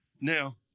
Now